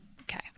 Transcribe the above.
Okay